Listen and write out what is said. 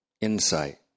insight